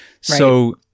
So-